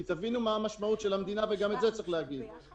כי תבינו מה המשמעות של המדינה וגם את זה צריך להגיד -- לנקרי,